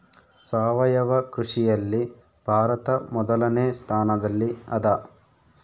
ಸಾವಯವ ಕೃಷಿಯಲ್ಲಿ ಭಾರತ ಮೊದಲನೇ ಸ್ಥಾನದಲ್ಲಿ ಅದ